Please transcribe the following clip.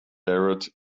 parrot